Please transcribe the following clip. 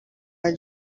our